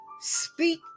speak